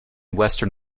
western